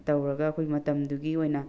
ꯇꯧꯔꯒ ꯑꯩꯈꯣꯏꯒꯤ ꯃꯇꯝꯗꯨꯒꯤ ꯑꯣꯏꯅ